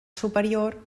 superior